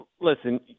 listen